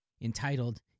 entitled